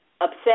Upset